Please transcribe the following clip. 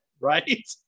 Right